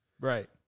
right